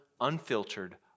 unfiltered